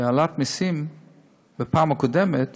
שהעלאת מסים בפעם הקודמת